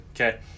Okay